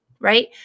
right